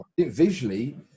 Visually